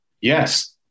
yes